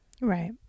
Right